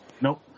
Nope